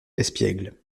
espiègle